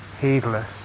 heedless